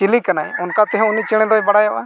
ᱪᱤᱞᱤ ᱠᱟᱱᱟᱭ ᱚᱱᱠᱟᱛᱮᱦᱚᱸ ᱩᱱᱤ ᱪᱮᱬᱮᱫᱚᱭ ᱵᱟᱲᱟᱭᱚᱜᱼᱟ